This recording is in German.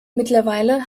mittlerweile